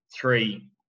three